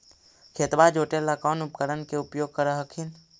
खेतबा जोते ला कौन उपकरण के उपयोग कर हखिन?